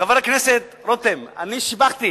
חבר הכנסת רותם, שיבחתי